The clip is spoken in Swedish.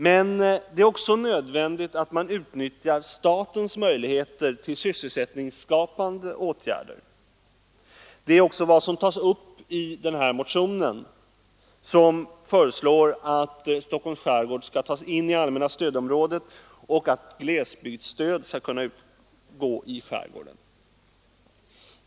Men det är också nödvändigt att man utnyttjar statens möjligheter till sysselsättningsskapande åtgärder. Detta är också frågor som tas upp i den nämnda motionen, där det föreslås att Stockholms skärgård skall inlemmas i det allmänna stödområdet och att glesbygdsstöd skall kunna utgå i skärgården.